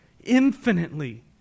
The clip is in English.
Infinitely